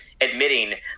admitting